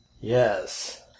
yes